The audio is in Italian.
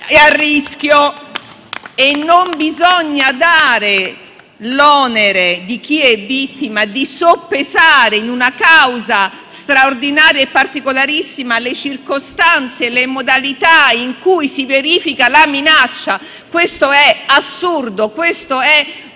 Gruppo FdI)*. Non bisogna dare l'onere a chi è vittima di soppesare, in una causa straordinaria e particolarissima, le circostanze e le modalità in cui si verifica la minaccia. Questo è assurdo e